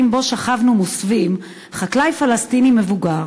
שבו שכבנו מוסווים חקלאי פלסטיני מבוגר